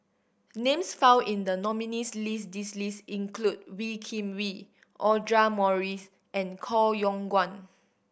names found in the nominees' list this list include Wee Kim Wee Audra Morrice and Koh Yong Guan